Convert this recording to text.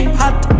hot